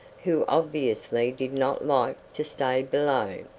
who obviously did not like to stay below.